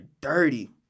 dirty